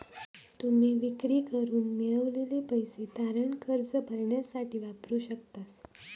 तुम्ही विक्री करून मिळवलेले पैसे तारण कर्ज भरण्यासाठी वापरू शकतास